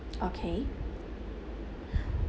okay